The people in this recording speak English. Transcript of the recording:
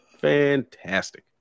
Fantastic